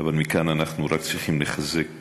אבל מכאן אנחנו רק צריכים לחזק